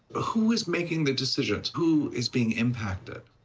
who is making the decisions? who is being impacted?